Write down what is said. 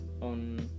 on